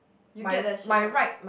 you get the shade from